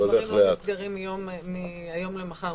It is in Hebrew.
הדברים לא נסגרים מהיום למחר,